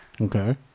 okay